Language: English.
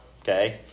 okay